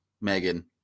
Megan